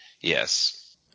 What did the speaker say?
Yes